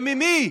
ומי?